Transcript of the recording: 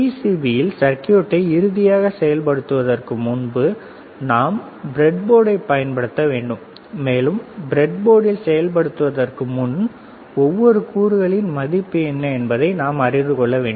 பிசிபியில் சர்க்யூட்டை இறுதியாக செயல்படுத்துவதற்கு முன்பு நாம் ப்ரெட்போர்டைப் பயன்படுத்த வேண்டும்மேலும் பிரட்ட்போர்டில் செயல்படுத்துவதற்கு முன் ஒவ்வொரு கூறுகளின் மதிப்பு என்ன என்பதை நாம் அறிந்து கொள்ள வேண்டும்